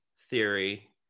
theory